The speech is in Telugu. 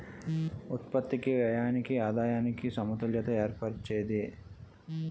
ఉత్పత్తికి వ్యయానికి ఆదాయానికి సమతుల్యత ఏర్పరిచేది